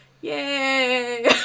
yay